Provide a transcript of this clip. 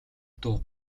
дүү